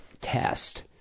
test